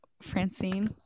Francine